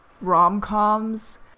rom-coms